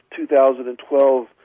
2012